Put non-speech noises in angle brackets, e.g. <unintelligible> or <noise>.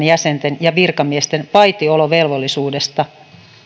<unintelligible> jäsenten ja virkamiesten vaitiolovelvollisuudesta